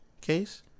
case